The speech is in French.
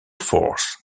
force